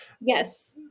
yes